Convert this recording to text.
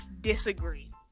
disagree